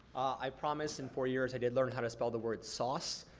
i promise in four years i did learn how to spell the word sauce.